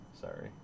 Sorry